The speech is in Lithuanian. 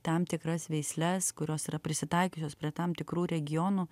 tam tikras veisles kurios yra prisitaikiusios prie tam tikrų regionų